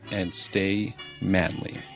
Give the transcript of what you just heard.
and stay manly